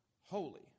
holy